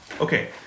okay